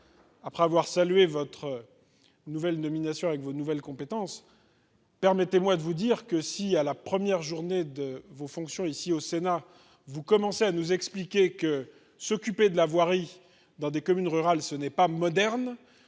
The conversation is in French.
Après avoir salué votre nouvelle nomination avec vos nouvelles compétences. Permettez-moi de vous dire que si à la première journée de vos fonctions, ici au Sénat, vous commencez à nous expliquer que s'occuper de la voirie dans des communes rurales ce n'est pas moderne,